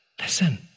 Listen